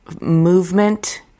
movement